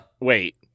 wait